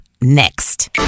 next